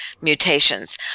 mutations